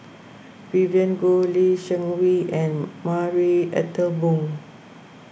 Vivien Goh Lee Seng Wee and Marie Ethel Bong